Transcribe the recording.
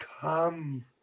Come